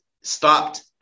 stopped